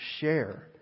share